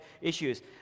issues